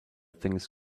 things